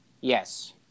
Yes